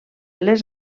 les